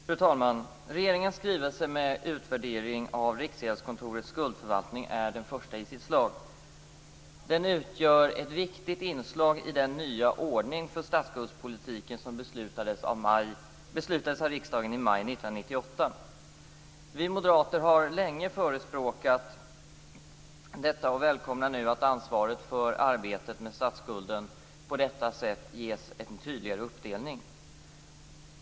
Fru talman! Regeringens skrivelse med utvärdering av Riksgäldskontorets skuldförvaltning är den första i sitt slag. Den utgör ett viktigt inslag i den nya ordning för statsskuldspolitiken som beslutades av riksdagen i maj 1998. Vi moderater har länge förespråkat detta och välkomnar nu att ansvaret för arbetet med statsskulden på detta sätt ges en tydligare uppdelning.